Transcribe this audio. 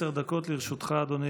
עשר דקות לרשותך, אדוני.